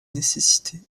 nécessité